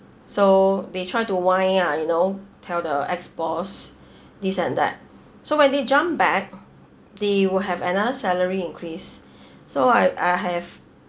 so they try to wind up you know tell the ex boss this and that so when they jump back they will have another salary increase so I I have